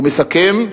ומסכם: